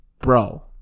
bro